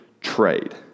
trade